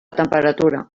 temperatura